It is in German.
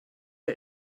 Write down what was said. der